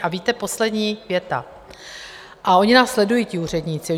A víte, poslední věta: Oni nás sledují, ti úředníci.